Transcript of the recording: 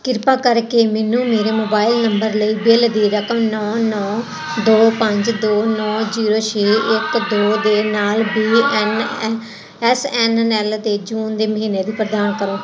ਕਿਰਪਾ ਕਰਕੇ ਮੈਨੂੰ ਮੇਰੇ ਮੋਬਾਈਲ ਨੰਬਰ ਲਈ ਬਿੱਲ ਦੀ ਰਕਮ ਨੌ ਨੌ ਦੋ ਪੰਜ ਦੋ ਨੌ ਜੀਰੋ ਛੇ ਇੱਕ ਦੋ ਦੇ ਨਾਲ B N S N L 'ਤੇ ਜੂਨ ਦੇ ਮਹੀਨੇ ਲਈ ਪ੍ਰਦਾਨ ਕਰੋ